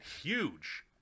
huge